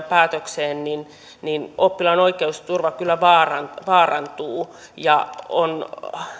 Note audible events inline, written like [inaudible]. [unintelligible] päätökseen niin niin oppilaan oikeusturva kyllä vaarantuu vaarantuu ja on